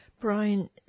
Brian